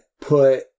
put